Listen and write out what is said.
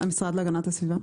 המשרד להגנת הסביבה.